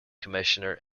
commissioner